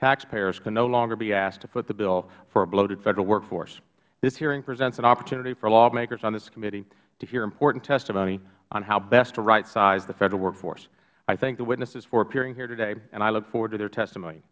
taxpayers can no longer be asked to foot the bill for a bloated federal workforce this hearing presents an opportunity for lawmakers on this committee to hear important testimony on how best to rightsize the federal workforce i thank the witnesses for appearing here today and i look forward to their testimony